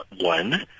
One